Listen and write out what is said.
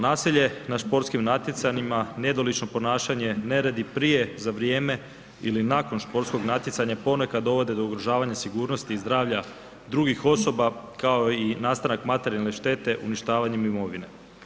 Nasilje na sportskim natjecanjima nedolično ponašanje, neredi prije, za vrijeme ili nakon sportskog natjecanja ponekad dovode do ugrožavanja sigurnosti i zdravlja drugih osoba kao i nastanak materijalne štete uništavanjem imovine.